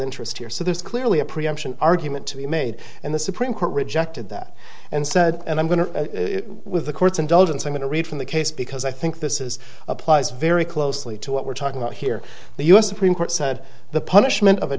interest here so there's clearly a preemption argument to be made and the supreme court rejected that and said and i'm going to with the court's indulgence i'm going to read from the case because i think this is applies very closely to what we're talking about here the us supreme court said the punishment of a